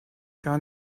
gar